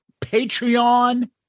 Patreon